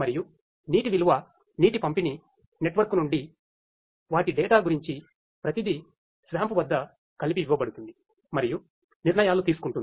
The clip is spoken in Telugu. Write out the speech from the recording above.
మరియు నీటి నిలువ నీటి పంపిణీ నెట్వర్క్ నుండి వాటి డేటా గురించి ప్రతిదీ SWAMP వద్ద కలిపి ఇవ్వబడుతుంది మరియు నిర్ణయాలు తీసుకుంటుంది